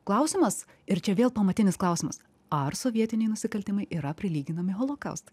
klausimas ir čia vėl pamatinis klausimas ar sovietiniai nusikaltimai yra prilyginami holokaustui